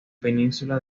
península